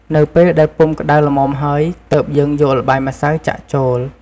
នៅពេលដែលពុម្ពក្ដៅល្មមហើយ ទើបយើងយកល្បាយម្សៅចាក់ចូល។